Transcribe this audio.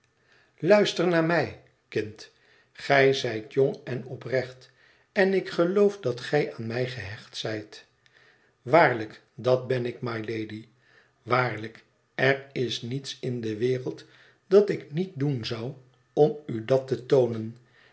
luister naar mij kind gij zijt jong en oprecht en ik geloof dat gij aan mij gehecht zijt waarlijk dat ben ik mylady waarlijk er is niets in de wereld dat ik niet doen zou om u dat te toonen